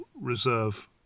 reserve